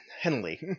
henley